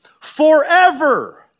forever